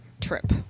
trip